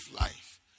life